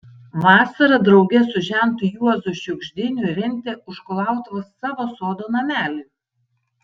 vasarą drauge su žentu juozu šiugždiniu rentė už kulautuvos savo sodo namelį